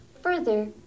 Further